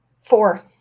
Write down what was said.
Four